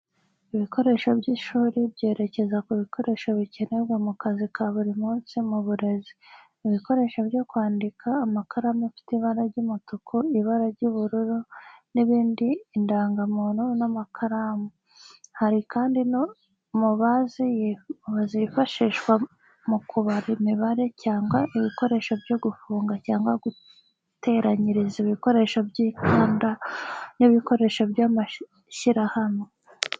Ibikoresho by'ishuri byerekeza ku bikoresho bikenerwa mu kazi ka buri munsi mu burezi. Ibikoresho byo kwandika amakaramu afite ibara ry'umutuku, ibara ry'ubururu, n'ibindi indangamuntu n'amakaramu. Hari kandi mubazi yifashishwa mukubara imibare cyangwa ibikoresho byo gufunga cyangwa guteranyiriza ibikoresho by'imikandara n'ibikoresho by'amashyirahamwe.